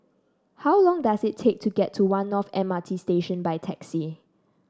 how long does it take to get to One North M R T Station by taxi